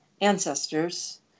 ancestors